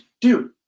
dude